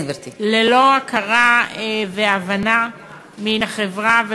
ללא הכרה והבנה מהחברה,